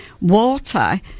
water